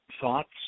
thoughts